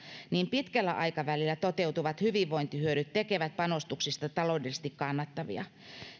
niin pitkällä aikavälillä toteutuvat hyvinvointihyödyt tekevät panostuksista taloudellisesti kannattavia